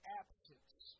absence